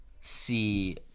see